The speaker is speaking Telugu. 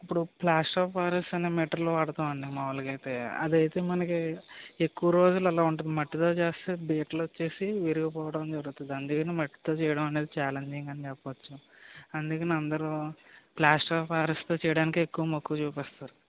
ఇప్పుడు ప్లాస్టర్ అఫ్ ప్యారిస్ అనే మెటీరియల్ వాడతాము అండీ మాములుగా అయితే అది అయితే మనకి ఎక్కువ రోజులు అలా ఉంటుంది మట్టితో చేస్తే బీటలు వచ్చేసి విరిగిపోవడం జరుగుతదండీ అందుకని మట్టితో చేయడం అనేది ఛాలెంజింగ్ అని చెప్పొచ్చు అందుకనే అందరూ ప్లాస్టర్ అఫ్ ప్యారిస్తో చేయడానికే ఎక్కువ మక్కువ చూపిస్తారు